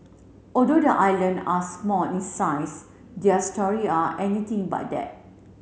although the island are small in size their story are anything but that